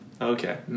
Okay